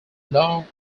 long